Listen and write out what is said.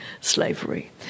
slavery